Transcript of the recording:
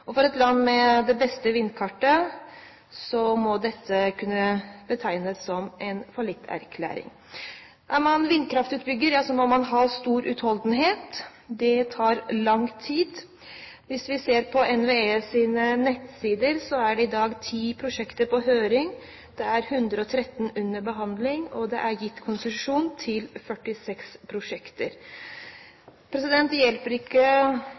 For et land med det beste vindkartet må dette kunne betegnes som en fallitterklæring. Er man vindkraftutbygger, må man ha stor utholdenhet. Det tar lang tid. Hvis vi ser på NVEs nettsider, er det i dag ti prosjekter på høring. Det er 113 under behandling, og det er gitt konsesjon til 46 prosjekter. Det hjelper ikke